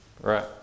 Right